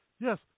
yes